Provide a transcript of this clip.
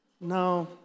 No